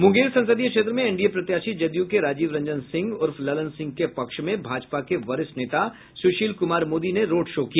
मूंगेर संसदीय क्षेत्र में एनडीए प्रत्याशी जदयू के राजीव रंजन सिंह उर्फ ललन सिंह के पक्ष में भाजपा के वरिष्ठ नेता सुशील कुमार मोदी ने रोड शो किया